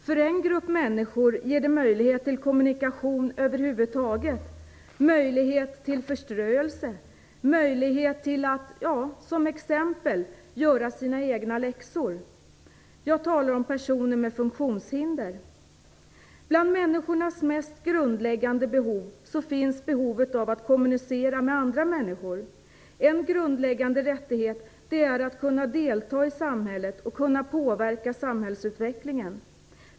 För en grupp människor ger det möjlighet till kommunikation över huvud taget, möjlighet till förströelse och möjlighet att, som exempel, göra sina egna läxor. Jag talar om personer med funktionshinder. Bland människornas mest grundläggande behov finns behovet att kommunicera med andra människor. En grundläggande rättighet är att kunna delta i samhället och kunna påverka samhällsutvecklingen.